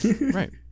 right